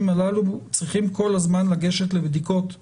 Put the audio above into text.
הללו צריכים כל הזמן לגשת לבדיקות אנטיגן.